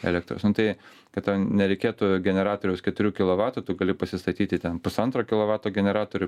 elektros nu tai kad tau nereikėtų generatoriaus keturių kilovatų tu gali pasistatyti ten pusantro kilovato generatorių